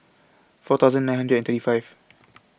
four thousand nine hundred and thirty five